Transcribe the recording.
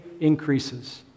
increases